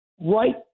right